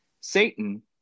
satan